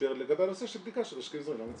תסביר לגבי הנושא של בדיקה של משקיעים זרים --- כן,